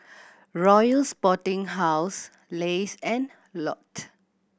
Royal Sporting House Lays and Lotte